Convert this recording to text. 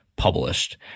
published